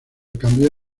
cambió